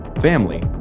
family